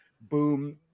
boom